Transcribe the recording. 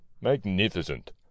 Magnificent